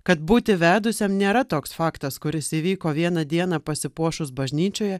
kad būti vedusiam nėra toks faktas kuris įvyko vieną dieną pasipuošus bažnyčioje